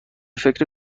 فکر